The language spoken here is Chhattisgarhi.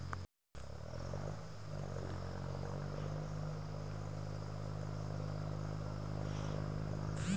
ठाकुर पारा कर ओ मनखे हर जेन भी जमीन रिहिस तेन ल सुग्घर जमीन ल बेंच बाएंच के खाए धारिस